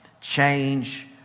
Change